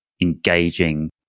engaging